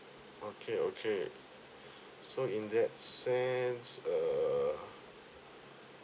okay okay so in that sense err